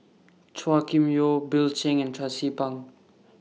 Chua Kim Yeow Bill Chen and Tracie Pang